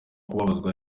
kubabazwa